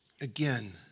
Again